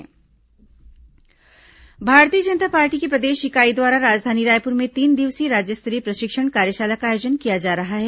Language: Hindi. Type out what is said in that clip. भाजपा प्रशिक्षण शिविर भारतीय जनता पार्टी की प्रदेश इकाई द्वारा राजधानी रायपुर में तीन दिवसीय राज्य स्तरीय प्रशिक्षण कार्यशाला का आयोजन किया जा रहा है